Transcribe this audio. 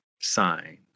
sign